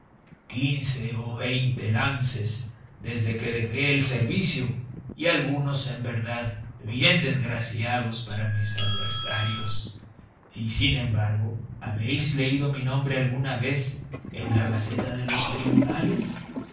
quince o veinte lances desde que dejé el servicio y algunos en verdad bien desgraciados para mis adversarios y sin embargo habéis leído mi nombre alguna vez en la gaceta de los tribunales